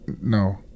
No